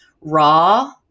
raw